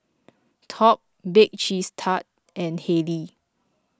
Top Bake Cheese Tart and Haylee